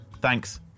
Thanks